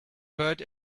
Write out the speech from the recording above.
bird